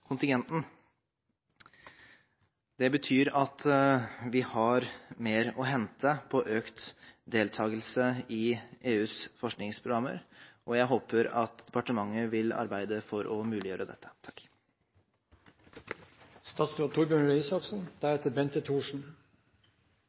på økt deltagelse i EUs forskningsprogrammer, og jeg håper at departementet vil arbeide for å muliggjøre dette.